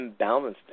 imbalanced